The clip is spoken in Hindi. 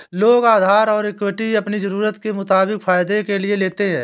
लोग उधार और इक्विटी अपनी ज़रूरत के मुताबिक फायदे के लिए लेते है